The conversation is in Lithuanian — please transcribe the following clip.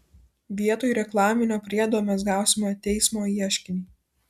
vietoj reklaminio priedo mes gausime teismo ieškinį